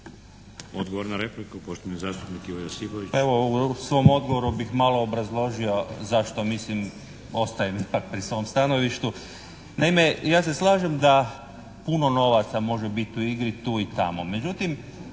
Odgovor na repliku, poštovani zastupnik Ivo Josipović.